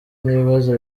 n’ibibazo